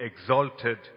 exalted